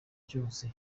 cyose